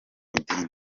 idini